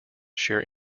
share